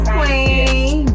Queen